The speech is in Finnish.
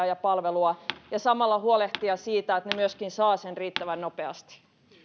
ja palvelua ja samalla huolehtia siitä että he myöskin saavat sitä riittävän nopeasti